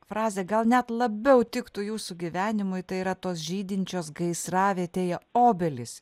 frazė gal net labiau tiktų jūsų gyvenimui tai yra tos žydinčios gaisravietėje obelys